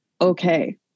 okay